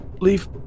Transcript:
leave